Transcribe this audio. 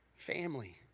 family